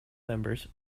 members